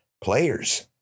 players